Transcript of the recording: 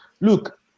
Look